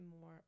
more